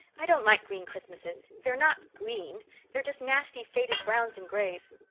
i don't like green christmases. they're not green they're just nasty faded browns and grays.